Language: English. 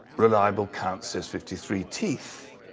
reliable count says fifty three teeth.